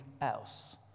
else